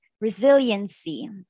resiliency